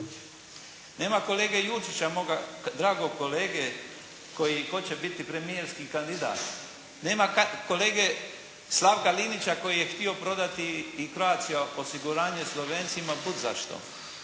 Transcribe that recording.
Nema kolege Jurčića, moga dragog kolege koji hoće biti premijerski kandidat. Nema kolege Slavka Linića koji je htio prodati i Croatia Osiguranje Slovencima bud zašto.